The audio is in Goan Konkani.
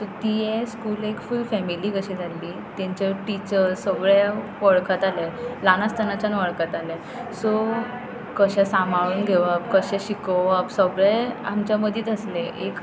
तियेंस स्कूल एक फूल फॅमिली कशी जाल्ली तांचे टिचर्स सगळे वळखताले ल्हान आसतनाच्यान वळखताले सो कशें सांबाळून घेवप कशें शिकोवप सगळें आमच्या मदींत आसलें एक